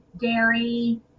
dairy